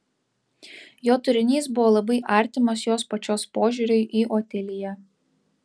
jo turinys buvo labai artimas jos pačios požiūriui į otiliją